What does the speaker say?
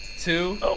two